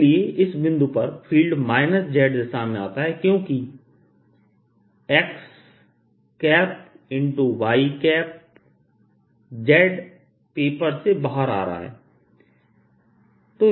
इसलिए इस बिंदु पर फ़ील्ड माइनस z दिशा में जाता है क्योंकि xy z पेपर से बाहर आ रहा है